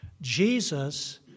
Jesus